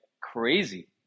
crazy